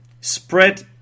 spread